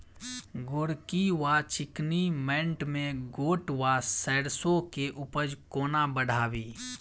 गोरकी वा चिकनी मैंट मे गोट वा सैरसो केँ उपज कोना बढ़ाबी?